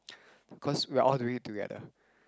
cause we are all doing it together